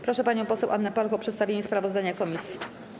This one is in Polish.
Proszę panią poseł Annę Paluch o przedstawienie sprawozdania komisji.